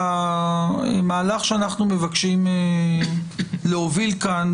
המהלך שאנחנו מבקשים להוביל כאן,